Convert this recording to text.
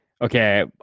okay